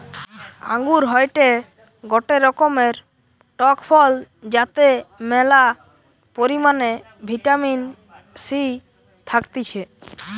আঙ্গুর হয়টে গটে রকমের টক ফল যাতে ম্যালা পরিমাণে ভিটামিন সি থাকতিছে